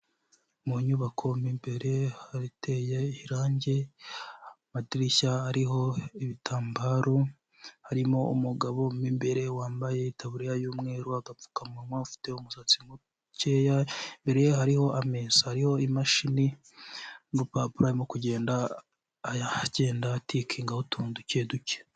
Mu nyubako mo imbere hateye irange, amadirishya ariho ibitambaro, harimo umugabo mo imbere wambaye itaburiya y'umweru, agapfukamunwa, ufite umusatsi muke, imbere ye hariho ameza ariho imashini, n'urupapuro ari kugenda agenda atikinga utuntu duke duke.